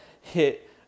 hit